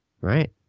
Right